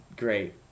Great